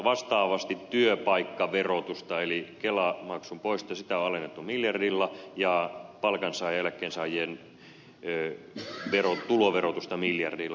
vastaavasti työpaikkaverotusta on alennettu miljardilla eli kelamaksun poisto ja palkansaajien ja eläkkeensaajien tuloverotusta miljardilla